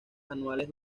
anuales